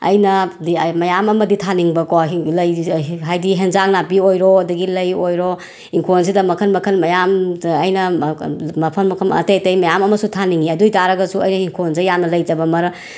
ꯑꯩꯅꯗꯤ ꯃꯌꯥꯝ ꯑꯃꯗꯤ ꯊꯥꯈꯟꯅꯤꯡꯕ ꯀꯣ ꯂꯩꯁꯦ ꯍꯥꯏꯗꯤ ꯑꯦꯟꯁꯥꯡ ꯅꯥꯄꯤ ꯑꯣꯏꯔꯣ ꯑꯗꯒꯤ ꯂꯩ ꯑꯣꯏꯔꯣ ꯏꯪꯈꯣꯜꯁꯤꯗ ꯃꯈꯜ ꯃꯈꯜ ꯃꯌꯥꯝ ꯑꯩꯅ ꯃꯈꯜ ꯃꯈꯜ ꯑꯇꯩ ꯑꯇꯩ ꯃꯌꯥꯝ ꯑꯃꯁꯨ ꯊꯥꯅꯤꯡꯉꯤ ꯑꯗꯨ ꯑꯣꯏꯇꯥꯔꯒꯁꯨ ꯑꯩ ꯏꯪꯈꯣꯜꯁꯦ ꯌꯥꯝꯅ ꯂꯩꯇꯕ ꯃꯔꯝ